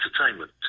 entertainment